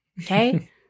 Okay